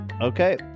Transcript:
Okay